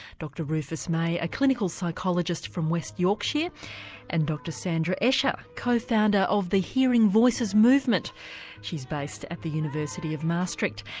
rufus may a clinical psychologist from west yorkshire and dr sandra escher co-founder of the hearing voices movement she's based at the university of maastricht.